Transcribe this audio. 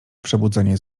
przebudzenie